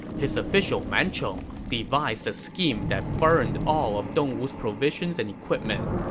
his official man chong devised a scheme that burned all of dongwu's provisions and equipment.